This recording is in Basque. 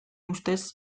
ustez